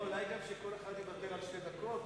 אולי שכל אחד יוותר על שתי דקות.